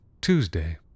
Tuesday